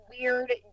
weird